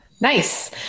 nice